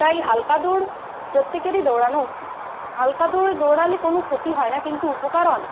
তাই হালকা দৌড় প্রত্যেকেরই দৌড়ানো উচিত হালকা দৌড় দৌড়ালে কোনো ক্ষতি হয় না কিন্তু উপকার অনেক